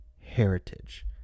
heritage